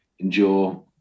endure